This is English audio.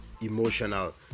emotional